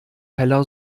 heller